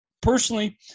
Personally